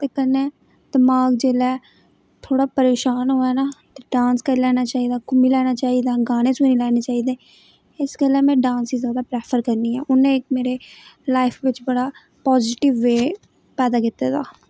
ते कन्नै दमाग जेल्लै थोह्ड़ा परेशान होऐ ना तां डांस करी लैना चाहिदा घूमी लैना चाहिदा गाने सुनी लैने चाहिदे इस गल्ला में डांस गी जैदा प्रैफर करनी आं उन्नै इक मेरे लाइफ बिच बड़ा पाजिटिव वे पैदा कीते दा